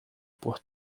por